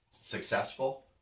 successful